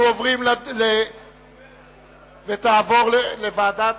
התשס"ט 2009, לדיון מוקדם בוועדת